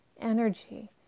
energy